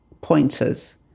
pointers